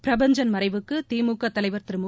பிரபஞ்சன் மறைவுக்கு திமுக தலைவர் திரு மு